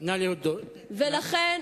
ולכן,